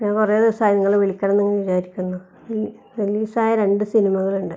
ഞാൻ കുറെ ദിവസമായി നിങ്ങളെ വിളിക്കണമെന്ന് വിചാരിക്കുന്നു ഇന്ന് റിലീസായ രണ്ട് സിനിമകൾ ഉണ്ട്